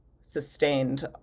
sustained